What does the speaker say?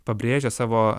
pabrėžė savo